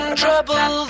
trouble